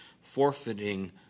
forfeiting